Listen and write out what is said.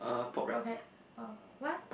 okay oh what